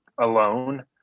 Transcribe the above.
alone